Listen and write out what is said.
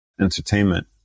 entertainment